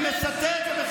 כמדומני,